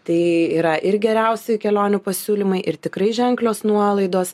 tai yra ir geriausi kelionių pasiūlymai ir tikrai ženklios nuolaidos